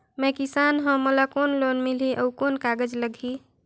मैं किसान हव मोला कौन लोन मिलही? अउ कौन कागज लगही?